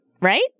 right